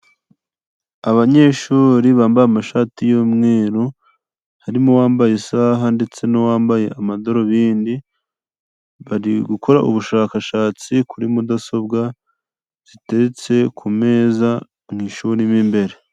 Abanyeshuri bambaye amashati y'umweru, harimo uwambaye isaha ndetse n'uwambaye amadarubindi, bari gukora ubushakashatsi kuri mudasobwa ziteretse ku meza mu ishuri mo imbere.